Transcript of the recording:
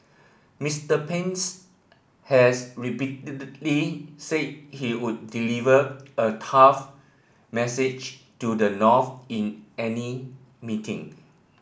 Mister Pence has repeatedly said he would deliver a tough message to the North in any meeting